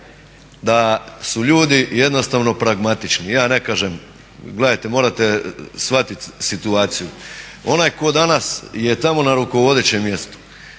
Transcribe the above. da su ljudi jednostavno pragmatični. Ja ne kažem, gledajte morate shvatiti situaciju. Onaj tko danas je tamo na rukovodećem mjestu